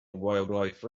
wildlife